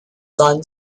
son